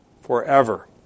forever